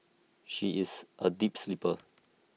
she is A deep sleeper